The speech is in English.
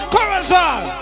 Corazon